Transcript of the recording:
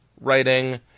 writing